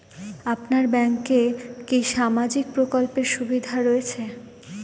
আপনার ব্যাংকে কি সামাজিক প্রকল্পের সুবিধা রয়েছে?